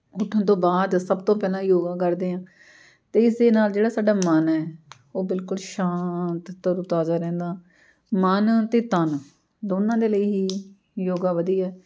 ਉੱਠਣ ਤੋਂ ਬਾਅਦ ਸਭ ਤੋਂ ਪਹਿਲਾਂ ਯੋਗਾ ਕਰਦੇ ਹਾਂ ਅਤੇ ਇਸ ਦੇ ਨਾਲ ਜਿਹੜਾ ਸਾਡਾ ਮਨ ਹੈ ਉਹ ਬਿਲਕੁਲ ਸ਼ਾਂਤ ਤਰੋ ਤਾਜ਼ਾ ਰਹਿੰਦਾ ਮਨ ਅਤੇ ਤਨ ਦੋਨਾਂ ਦੇ ਲਈ ਹੀ ਯੋਗਾ ਵਧੀਆ